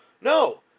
no